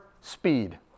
speed